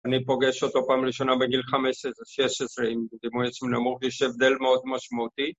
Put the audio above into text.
אני פוגש אותו פעם ראשונה בגיל חמש עשרה-שש עשרה עם דימוי עצמי נמוך, ישב הבדל מאוד משמעותי